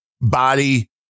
body